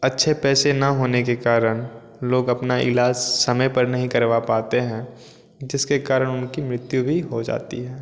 अच्छे पैसे ना होने के कारण लोग अपना इलाज समय पर नहीं करवा पाते हैं जिसके कारण उनकी मृत्यु भी हो जाती है